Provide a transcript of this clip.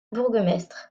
bourgmestre